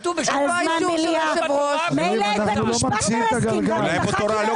לא כתוב בשום מקום, לא בתורה ולא